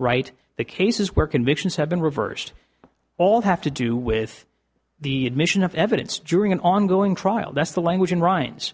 right the cases where convictions have been reversed all have to do with the admission of evidence during an ongoing trial that's the language in ryan's